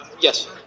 Yes